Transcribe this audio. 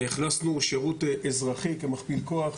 הכנסנו שירות אזרחי כמכפיל כוח.